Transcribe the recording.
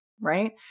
right